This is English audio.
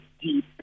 deep